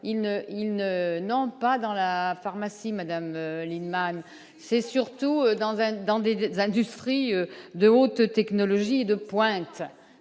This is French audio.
ne non pas dans la pharmacie, Madame Lienemann, c'est surtout dans un dans des industries de haute technologie de pointe,